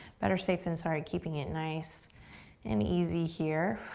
better safe than sorry, keeping it nice and easy here.